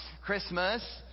Christmas